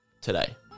today